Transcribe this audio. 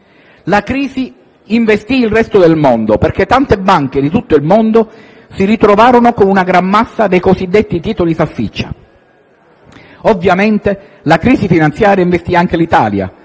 La crisi investì il resto del mondo, perché tante banche si ritrovarono con una gran massa dei cosiddetti titoli salsiccia. Ovviamente la crisi finanziaria investì anche l'Italia,